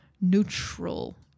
neutral